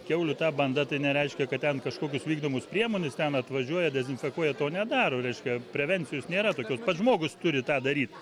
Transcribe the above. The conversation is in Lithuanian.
kiaulių tą bandą tai nereiškia kad ten kažkokios vykdomos priemonės ten atvažiuoja dezinfekuoja to nedaro reiškia prevencijos nėra tokios pats žmogus turi tą daryt